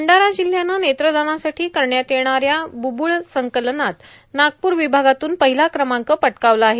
भंडारा जिल्ह्यानं नेत्रदानासाठी करण्यात येणाऱ्या बुब्रुळ संकलनात नागपूर विभागातून पहिला क्रमांक पटकावला आहे